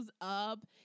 up